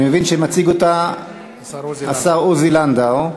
(תיקון מס' 44). אני מבין שמציג אותה השר עוזי לנדאו.